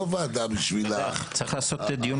לא ועדה בשביל --- צריך לעשות דיון